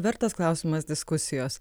vertas klausimas diskusijos